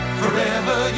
forever